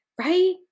Right